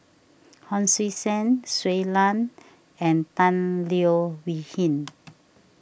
Hon Sui Sen Shui Lan and Tan Leo Wee Hin